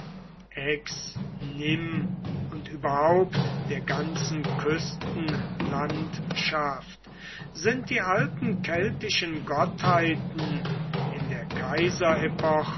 nmes und überhaupt der ganzen küstenlandschaft sind die alten keltischen gottheiten in der